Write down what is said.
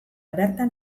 bertan